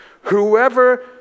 Whoever